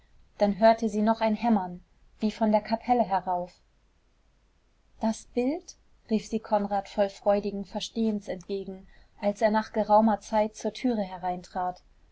dann hörte sie noch ein hämmern wie von der kapelle herauf das bild rief sie konrad voll freudigen verstehens entgegen als er nach geraumer zeit zur türe hereintrat